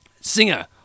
Singer